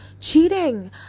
cheating